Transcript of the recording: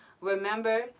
Remember